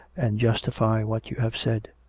and justify what you have said.